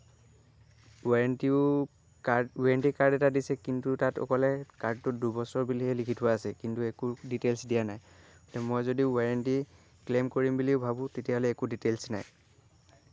ওৱাৰেণ্টিও card warranty card এটা দিছে কিন্তু তাত অকলে কাৰ্ডটোত দুবছৰ বুলিহে লিখি থোৱা আছে কিন্তু একো ডিটেইলছ্ দিয়া নাই তো মই যদি ওৱাৰেণ্টি ক্লেইম কৰিম বুলিও ভাবোঁ তেতিয়াহ'লে একো ডিটেইলছ্ নাই